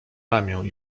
ramię